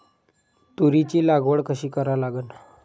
तुरीची लागवड कशी करा लागन?